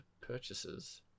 purchases